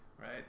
right